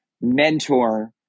mentor